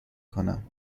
کنم